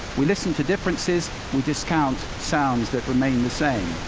we listen to differences we discount sounds that remain the same.